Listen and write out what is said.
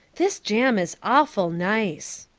this jam is awful nice.